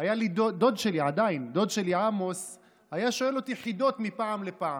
דוד שלי עמוס היה שואל אותי חידות מפעם לפעם.